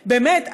באמת,